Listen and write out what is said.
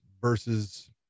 versus